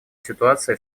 ситуация